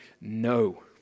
no